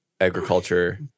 agriculture